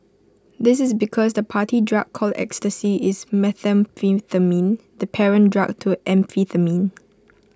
this is because the party drug called ecstasy is methamphetamine the parent drug to amphetamine